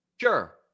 Sure